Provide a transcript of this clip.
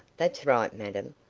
that's right, madam.